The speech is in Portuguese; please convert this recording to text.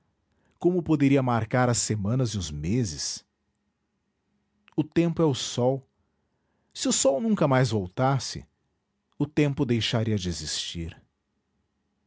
como poderia marcar as semanas e os meses o tempo é o sol se o sol nunca mais voltasse o tempo deixaria